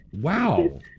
Wow